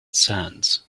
sands